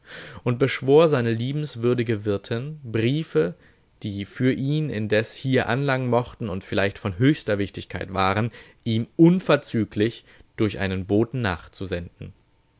und beschwor seine liebenswürdige wirtin briefe die für ihn indes hier anlangen mochten und vielleicht von höchster wichtigkeit waren ihm unverzüglich durch einen boten nachzusenden